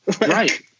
Right